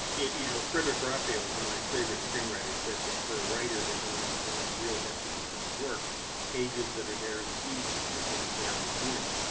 you know frederic raphael, one of my favorite screenwriters, said that for a writer there is only one real definition of work pages that are there in the evening that weren't there in the morning.